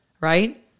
right